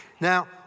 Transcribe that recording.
Now